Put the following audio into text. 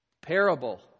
parable